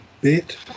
bit